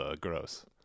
gross